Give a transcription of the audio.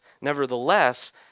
Nevertheless